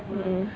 mm